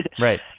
Right